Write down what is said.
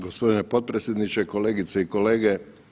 Gospodine predsjedniče, kolegice i kolege.